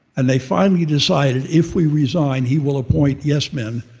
and they finally decided if we resign, he will appoint yes-men,